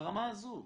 ברמה הזו.